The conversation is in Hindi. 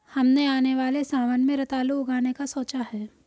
हमने आने वाले सावन में रतालू उगाने का सोचा है